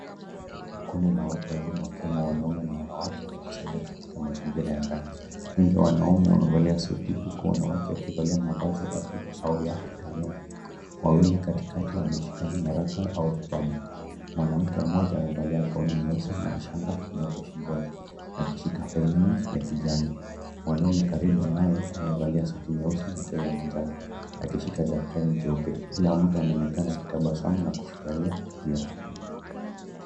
Kundi ka watu wazima wakiwa ni wanawake na wanaume wamekusanyika katika mazingira ya ndani. Wengi wa wanaume wamevalia suti huku wanawake wakivalia mavazi rasmi au ya kitaaluma. Wawili katikati wameshika nyaraka au vitabu .Mwanamke mmoja amevalia gauni nyeusi na shanga nyeupe shingoni na akishika failini ya kijani, mwanaume karibu naye amevalia suti nyeusi na tai ya manjano akishika daftari jeupe kila mtu anaonekana akitabasamu na kufurahia tukio.